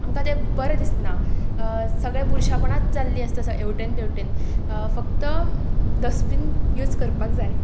आमकां तें बरें दिसनां सगळें बुरशेपणांच जाल्ली आसा हेवटेन तेवटेन फक्त डस्टबीन यूज करपाक जाय